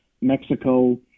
Mexico